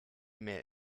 mail